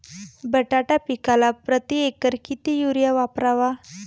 बटाटा पिकाला प्रती एकर किती युरिया वापरावा?